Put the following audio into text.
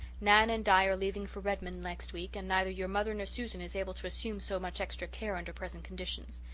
nan and di are leaving for redmond next week and neither your mother nor susan is able to assume so much extra care under present conditions.